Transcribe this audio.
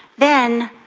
then,